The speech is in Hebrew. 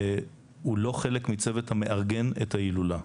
הוא לא חלק מהצוות המארגן את ההילולה.